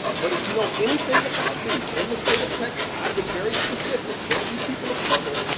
but if you know anything about b in the state of texas, i've been very specific, don't lose people of color.